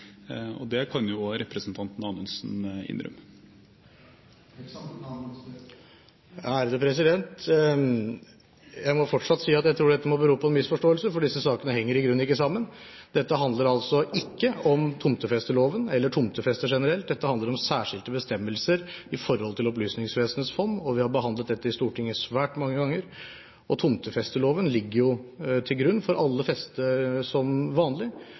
og det kan jo representant Anundsen innrømme. Jeg må fortsatt si at jeg tror dette må bero på en misforståelse, for disse sakene henger i grunnen ikke sammen. Dette handler altså ikke om tomtefesteloven eller tomtefeste generelt. Dette handler om særskilte bestemmelser i forhold til Opplysningsvesenets fond, og vi har behandlet dette i Stortinget svært mange ganger. Tomtefesteloven ligger jo til grunn for alle fester som vanlig,